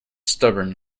stubborn